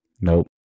Nope